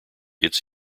its